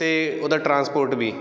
ਅਤੇ ਉਹਦਾ ਟਰਾਂਸਪੋਰਟ ਵੀ